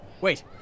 Wait